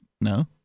No